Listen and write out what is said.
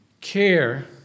care